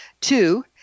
Two